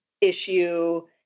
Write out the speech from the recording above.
issue